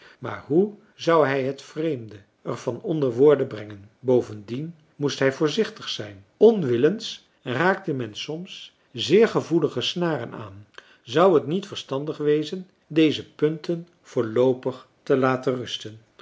maar hoe zou hij het vreemde er van onder woorden brengen bovendien moest hij voorzichtig zijn onwillens raakte men soms zeer gevoelige snaren aan zou het niet verstandig wezen deze punten voorloopig te laten rusten